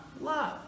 love